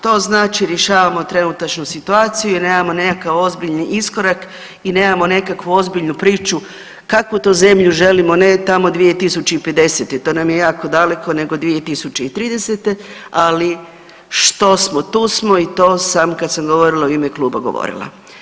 To znači, rješavamo trenutačnu situaciju, jer nemamo nekakav ozbiljni iskorak i nemamo nekakvu ozbiljnu priču kakvu to zemlju želimo, ne tamo 2050. jer to nam je jako daleko, nego 2030., ali što smo, tu smo i to sam kad sam govorila u ime Kluba govorila.